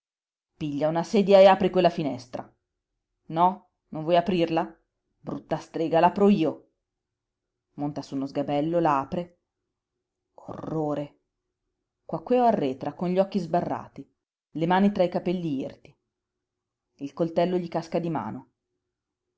piglia una sedia e apri quella finestra no non vuoi aprirla brutta strega l'apro io monta su uno sgabello la apre orrore quaquèo arretra con gli occhi sbarrati le mani tra i capelli irti il coltello gli casca di mano